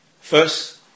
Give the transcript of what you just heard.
first